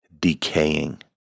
decaying